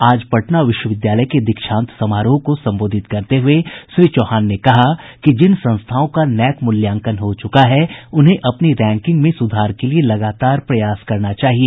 आज पटना विश्वविद्यालय के दीक्षांत समारोह को संबोधित करते हुये श्री चौहान ने कहा कि जिन संस्थाओं का नैक मूल्यांकन हो चुका है उन्हें अपनी रैंकिंग में सुधार के लिए लगातार प्रयास करना चाहिए